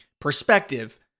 perspective